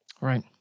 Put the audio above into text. Right